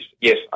Yes